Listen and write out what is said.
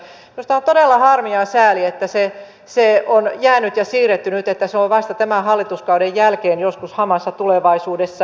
minusta on todella harmi ja sääli että se on jäänyt ja siirretty nyt ja että se on vasta tämän hallituskauden jälkeen joskus hamassa tulevaisuudessa